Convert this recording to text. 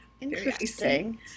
interesting